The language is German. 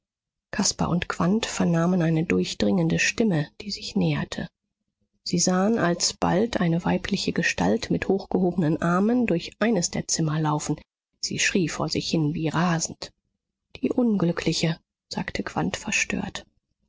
caspar und quandt vernahmen eine durchdringende stimme die sich näherte sie sahen alsbald eine weibliche gestalt mit hochgehobenen armen durch eines der zimmer laufen sie schrie vor sich hin wie rasend die unglückliche sagte quandt verstört